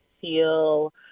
feel